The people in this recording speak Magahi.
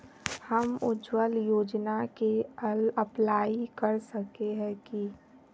हम उज्वल योजना के अप्लाई कर सके है की?